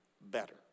better